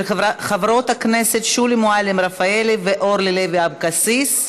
עברה בקריאה טרומית ועוברת לוועדת החינוך,